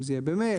אם זה יהיה במייל,